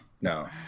No